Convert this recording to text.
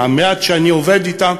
עם המעט שאני עובד אתם,